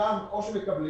כבר מקבלים.